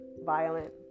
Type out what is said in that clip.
violent